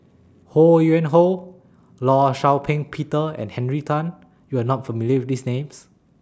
Ho Yuen Hoe law Shau Ping Peter and Henry Tan YOU Are not familiar with These Names